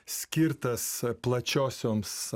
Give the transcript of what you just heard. skirtas plačiosioms